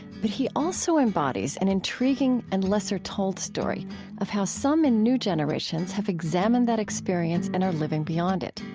but he also embodies an intriguing and lesser-told story of how some in new generations have examined that experience and are living beyond it.